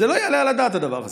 זה לא יעלה על הדעת הדבר הזה.